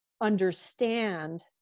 understand